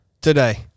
today